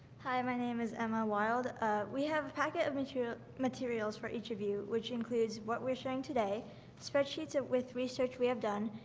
hi, my name is emma. wild we have a packet of material materials for each of you which includes what we're showing today spreadsheets at with research we have done